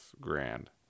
grand